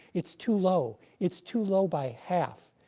it's too low. it's too low by half.